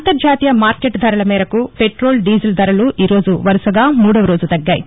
అంతర్జాతీయ మార్కెట్ ధరల మేరకు పెట్రోల్ డీజిల్ ధరలు ఈ రోజు వరుసగా మూడవ రోజు తగ్గాయి